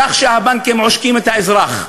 כך שהבנקים עושקים את האזרח,